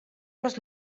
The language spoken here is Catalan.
les